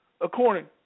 according